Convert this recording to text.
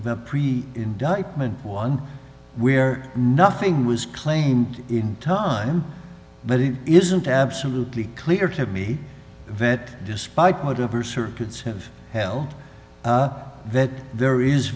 pre indictment one where nothing was claimed in turn but it isn't absolutely clear to be a vet despite whatever circuits have held that there is